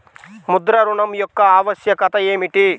ముద్ర ఋణం యొక్క ఆవశ్యకత ఏమిటీ?